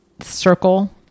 circle